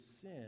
sin